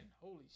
holy